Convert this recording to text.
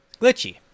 Glitchy